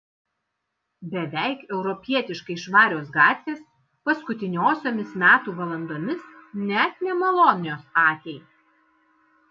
beveik europietiškai švarios gatvės paskutiniosiomis metų valandomis net nemalonios akiai